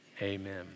Amen